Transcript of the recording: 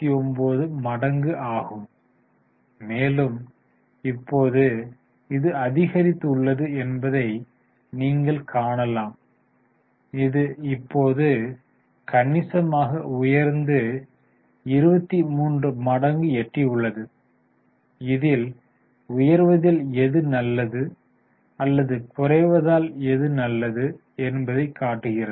59 மடங்கு ஆகும் மேலும் இப்போது இது அதிகரித்துள்ளது என்பதை நீங்கள் காணலாம் இது இப்போது கணிசமாக உயர்ந்து 23 மடங்கு எட்டியுள்ளது இதில் உயர்வதில் எது நல்லது அல்லது குறைவதால் எது நல்லது என்பதை காட்டுகிறது